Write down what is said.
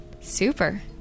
super